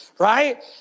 right